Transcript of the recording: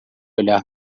olhar